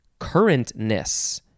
currentness